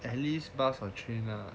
at least bus or train lah